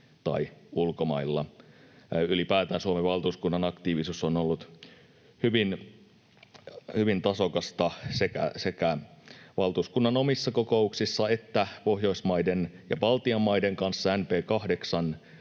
tai ulkomailla. Ylipäätään Suomen valtuuskunnan aktiivisuus on ollut hyvin tasokasta sekä valtuuskunnan omissa kokouksissa että Pohjoismaiden ja Baltian maiden kanssa